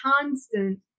constant